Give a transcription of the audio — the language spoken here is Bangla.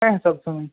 হ্যাঁ সবসময়ই